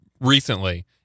Recently